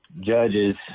judges